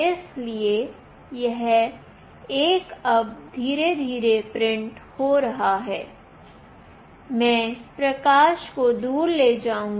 इसलिए यह 1 अब धीरे धीरे प्रिंट हो रही है मैं प्रकाश को दूर ले जाऊंगी